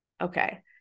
okay